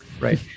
Right